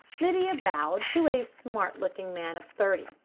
lydia bowed to a smart looking man of thirty,